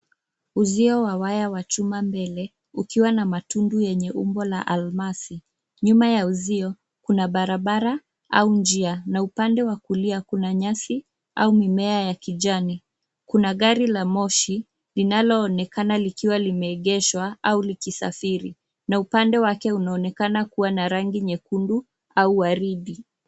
Uzio wa waya wa chuma mbele, ukiwa na matundu yenye umbo la almasi. Nyuma ya uzio, kuna barabara au njia, na upande wa kulia kuna nyasi au mimea ya kijani. Kuna gari la moshi, linaloonekana likiwa limeegeshwa au likisafiri, na upande wake unaonekana kuna na rangi nyekundu au waridi.